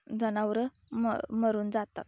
जनावरं म मरून जातात